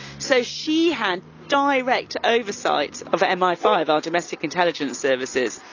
so she had direct oversight of m i five our domestic intelligence services.